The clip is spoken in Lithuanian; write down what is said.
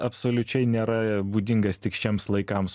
absoliučiai nėra būdingas tik šiems laikams